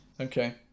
Okay